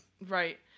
Right